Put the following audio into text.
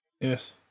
Yes